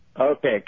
Okay